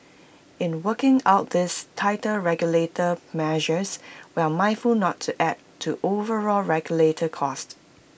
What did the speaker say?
in working out these tighter regulator measures we're mindful not to add to overall regulator costs